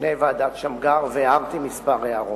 בפני ועדת-שמגר והערתי הערות מספר.